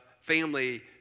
family